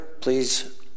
please